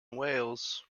wales